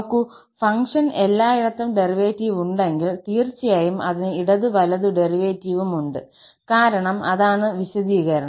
നോക്കൂ ഫംഗ്ഷന് എല്ലായിടത്തും ഡെറിവേറ്റീവ് ഉണ്ടെങ്കിൽ തീർച്ചയായും അതിന് ഇടത് വലതു ഡെറിവേറ്റീവും ഉണ്ട് കാരണം അതാണ് വിശദീകരണം